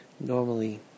normally